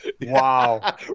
Wow